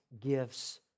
gifts